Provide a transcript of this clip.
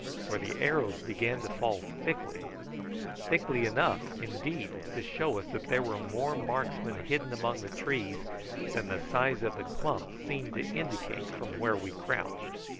for the arrows began to fall thickly thickly enough, indeed, to show us that there were more marksmen hidden among the trees than the size of the clump seemed to indicate from where we crouched.